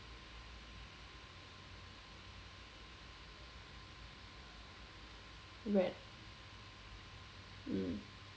read mm